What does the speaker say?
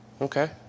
Okay